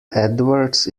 edwards